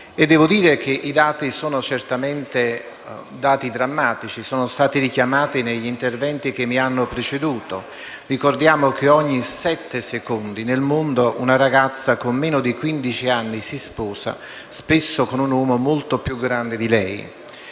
e ad ognuno. I dati sono certamente drammatici. Sono stati richiamati negli interventi che mi hanno preceduto. Ricordiamo che ogni sette secondi nel mondo una ragazza di meno di quindici anni si sposa, spesso con un uomo molto più grande di lei.